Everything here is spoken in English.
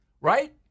right